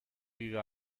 vive